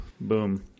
Boom